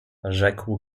rzekł